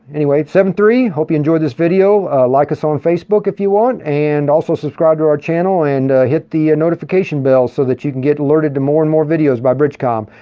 anyway, seventy three, hope you enjoyed this video. like us on facebook if you want, and also subscribe to our channel and hit the and notification bell so that you can get alerted to more and more videos by bridgecom.